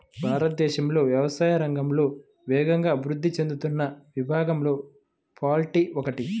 భారతదేశంలో వ్యవసాయ రంగంలో వేగంగా అభివృద్ధి చెందుతున్న విభాగాలలో పౌల్ట్రీ ఒకటి